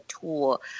tool